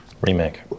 Remake